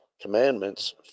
commandments